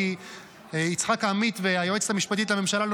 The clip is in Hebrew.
כי יצחק עמית והיועצת המשפטית לממשלה לא